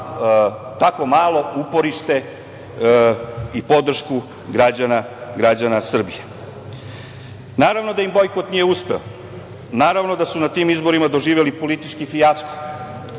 tako malo uporište i podršku građana Srbije. Naravno da im bojkot nije uspeo, naravno da su na tim izborima doživeli politički fijasko,